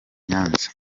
nyanza